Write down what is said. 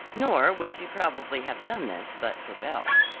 nor would she probably have done this but for belle.